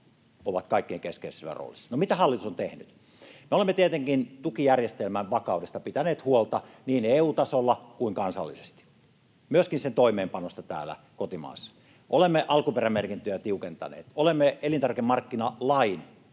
ovat kaikkein keskeisimmässä roolissa. No, mitä hallitus on tehnyt? Me olemme tietenkin tukijärjestelmän vakaudesta pitäneet huolta niin EU-tasolla kuin kansallisesti, myöskin sen toimeenpanosta täällä kotimaassa. Olemme alkuperämerkintöjä tiukentaneet, olemme elintarvikemarkkinalain